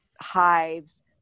hives